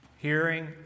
Hearing